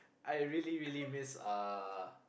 I really really miss uh